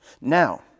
Now